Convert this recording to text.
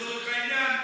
לצורך העניין,